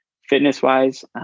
fitness-wise